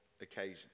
occasion